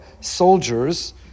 soldiers